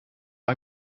his